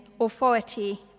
authority